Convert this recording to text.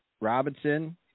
Robinson